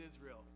Israel